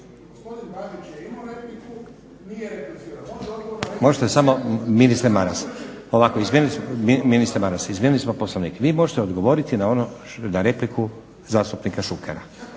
se ne razumije./… **Stazić, Nenad (SDP)** Možete samo, ministre Maras ovako, izmijenili smo Poslovnik. Vi možete odgovoriti na repliku zastupnika Šukera.